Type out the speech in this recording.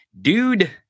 Dude